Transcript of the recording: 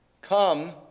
Come